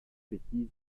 bêtises